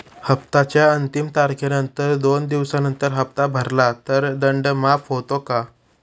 हप्त्याच्या अंतिम तारखेनंतर दोन दिवसानंतर हप्ता भरला तर दंड माफ होतो का?